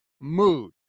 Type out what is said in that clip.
mood